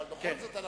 אבל בכל זאת,